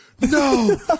no